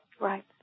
Right